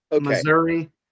Missouri